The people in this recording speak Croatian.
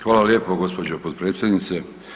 Hvala lijepo gospođo potpredsjednice.